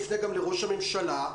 נפנה לראש הממשלה.